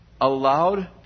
allowed